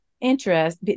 interest